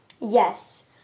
Yes